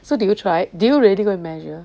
so do you try do you really go and measure